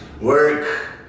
work